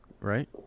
right